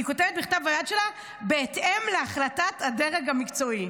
היא כותבת בכתב היד שלה: בהתאם להחלטת הדרג המקצועי.